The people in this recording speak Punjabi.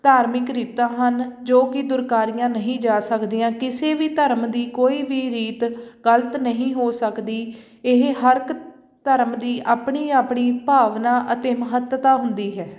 ਧਾਰਮਿਕ ਰੀਤਾਂ ਹਨ ਜੋ ਕਿ ਦੁਰਕਾਰੀਆਂ ਨਹੀਂ ਜਾ ਸਕਦੀਆਂ ਕਿਸੇ ਵੀ ਧਰਮ ਦੀ ਕੋਈ ਵੀ ਰੀਤ ਗਲਤ ਨਹੀਂ ਹੋ ਸਕਦੀ ਇਹ ਹਰ ਇੱਕ ਧਰਮ ਦੀ ਆਪਣੀ ਆਪਣੀ ਭਾਵਨਾ ਅਤੇ ਮਹੱਤਤਾ ਹੁੰਦੀ ਹੈ